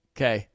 Okay